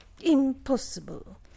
impossible